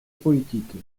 politique